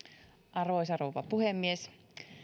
arvoisa rouva puhemies